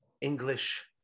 english